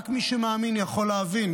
רק מי שמאמין יכול להבין,